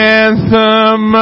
anthem